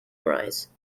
rise